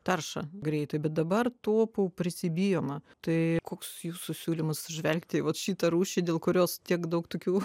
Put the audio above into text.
taršą greitai bet dabar tuopų prisibijoma tai koks jūsų siūlymas žvelgti į vat šitą rūšį dėl kurios tiek daug tokių